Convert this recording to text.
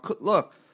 look